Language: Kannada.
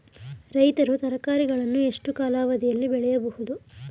ರೈತರು ತರಕಾರಿಗಳನ್ನು ಎಷ್ಟು ಕಾಲಾವಧಿಯಲ್ಲಿ ಬೆಳೆಯಬಹುದು?